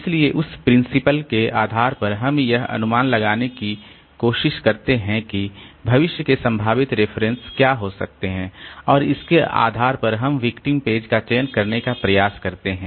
इसलिए उस प्रिंसिपल के आधार पर हम यह अनुमान लगाने की कोशिश करते हैं कि भविष्य के संभावित रेफरेंस क्या हो सकते हैं और इसके आधार पर हम विक्टिम पेज का चयन करने का प्रयास करते हैं